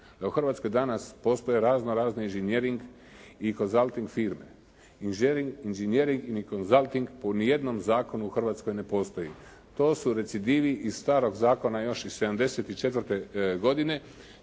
u Hrvatskoj danas postoje raznorazni inženjering i consulting firme. Inženjering i consulting u nijednom zakonu u Hrvatskoj ne postoji. To su recidivi iz starog zakona još iz '74. godine,